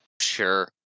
sure